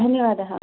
धन्यवादः